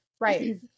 Right